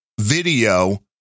video